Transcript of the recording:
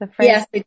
Yes